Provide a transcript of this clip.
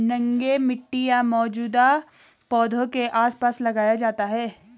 नंगे मिट्टी या मौजूदा पौधों के आसपास लगाया जाता है